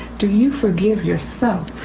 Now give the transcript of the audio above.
do you forgive yourself?